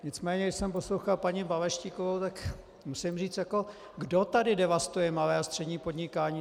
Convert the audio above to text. Nicméně když jsem poslouchal paní Balaštíkovou, tak musím říct: Kdo tady devastuje malé a střední podnikání?